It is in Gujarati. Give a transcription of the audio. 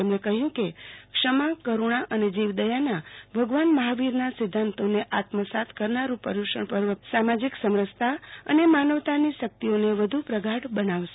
તેમણે કહ્યું કે ક્ષમા કરૂણા અને જીવદયાના ભગવાન મહાવીરના સિધ્ધાંતોને આત્મસાત કરનારૂં પર્યૂંષણ પર્વ સામાજીક સમરસતા અને માનવતાની શકિતઓને વધુ પ્રગાઢ બનાવશે